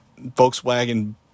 Volkswagen